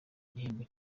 igihembo